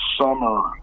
summer